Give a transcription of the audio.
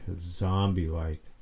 zombie-like